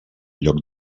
lloc